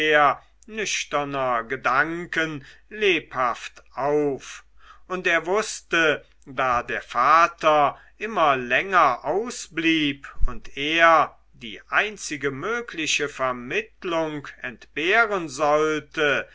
nüchterner gedanken lebhaft auf und er wußte da der vater immer länger ausblieb und er die einzige mögliche vermittlung entbehren sollte